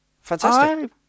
Fantastic